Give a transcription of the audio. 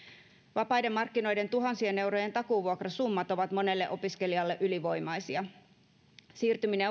vapaiden markkinoiden tuhansien eurojen takuuvuokrasummat ovat monelle opiskelijalle ylivoimaisia opiskelijoiden siirtyminen